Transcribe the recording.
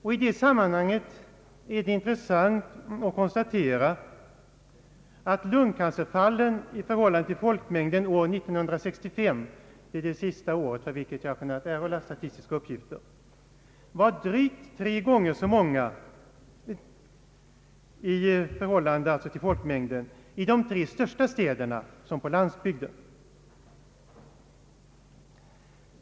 I detta sammanhang är det intressant att konstatera att antalet lungcancerfall i förhållande till folkmängden år 1965 — det senaste år för vilket jag kunnat erhålla statistiska uppgifter — var drygt tre gånger så stort i de tre största städerna i vårt land som på landsbygden.